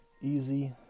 easy